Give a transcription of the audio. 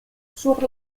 sur